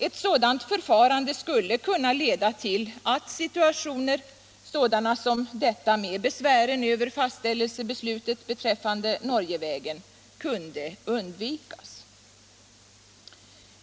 Ett sådant förfarande skulle kunna leda till att situationer, sådana som denna med besvären över fastställelsebeslutet beträffande Norgevägen, kunde undvikas.